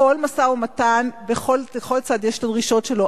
בכל משא-ומתן לכל צד יש הדרישות שלו,